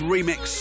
Remix